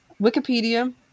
Wikipedia